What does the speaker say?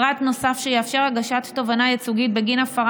פרט שיאפשר הגשת תובענה ייצוגית בגין הפרה